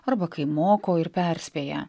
arba kai moko ir perspėja